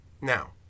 Now